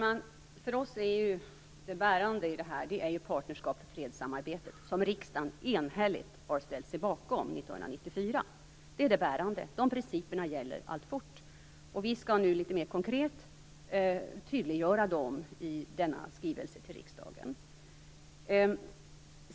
Herr talman! För regeringen är samarbetet inom Partnerskap för fred, som riksdagen enhälligt ställde sig bakom 1994, det bärande i det hela. De principerna gäller alltfort. Regeringen skall nu litet mer konkret tydliggöra dem i en skrivelse till riksdagen.